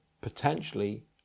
potentially